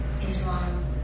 Islam